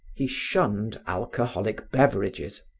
he shunned alcoholic beverages,